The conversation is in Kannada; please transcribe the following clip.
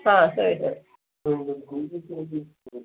ಹಾಂ ಹೇಳಿ ಸರ್